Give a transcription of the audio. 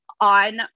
on